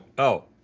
oh,